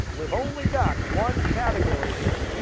we've only got one category here,